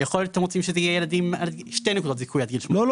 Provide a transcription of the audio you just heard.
יכול להיות שאתם רוצים שיהיו שתי נקודות זיכוי עד גיל 18. לא,